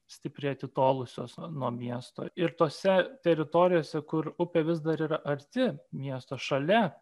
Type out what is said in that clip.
stipriai atitolusios nuo miesto ir tose teritorijose kur upė vis dar yra arti miesto šalia